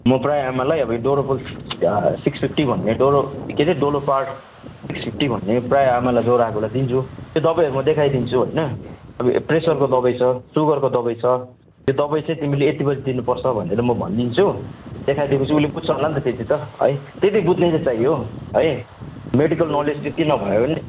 म प्रायः आमालाई अब यो डोरोपोर सिक्स फिफ्टी भन्ने डोरो के अरे डोलोपार सिक्स फिफ्टी भन्ने प्रायः आमालाई ज्वरो आएको बेला दिन्छु त्यो दबाईहरू म देखाइदिन्छु होइन अब प्रेसरको दबाई छ सुगरको दबाई छ यो दबाई चाहिँ तिमीले यति बजी दिनुपर्छ भनेर म भनिदिन्छु देखाइदिन्छु उसले बुझ्छ होला नि त्यति त है त्यति बुझ्ने चाहिँ चाहियो है मेडिकल नलेज त्यति नभए पनि